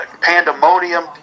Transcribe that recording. pandemonium